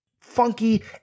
funky